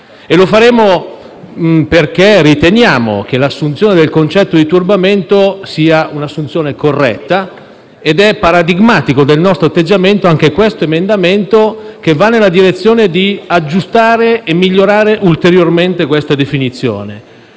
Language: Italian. E lo faremo perché riteniamo che l'assunzione del concetto di turbamento sia una assunzione corretta. È paradigmatico del nostro atteggiamento anche questo emendamento, che va nella direzione di aggiustare e migliorare ulteriormente questa definizione.